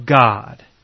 God